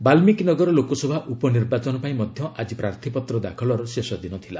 ବାଲ୍ଲିକୀ ନଗର ଲୋକସଭା ଉପନିର୍ବାଚନ ପାଇଁ ମଧ୍ୟ ଆକି ପ୍ରାର୍ଥୀପତ୍ର ଦାଖଲର ଶେଷ ଦିନ ଥିଲା